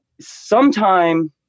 sometime